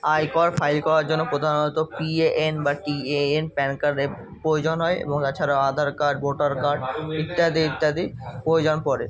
আয়কর ফাইল করার জন্য প্রধানত পিএএন বা টিএএন প্যান কার্ডের প্রয়োজন হয় এবং তাছাড়া আধার কার্ড ভোটার কার্ড ইত্যাদি ইত্যাদি প্রয়োজন পড়ে